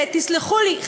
תסלחו לי,